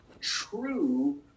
true